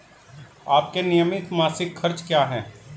आपके नियमित मासिक खर्च क्या हैं?